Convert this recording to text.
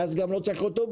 ואז גם לא צריך אוטובוסים,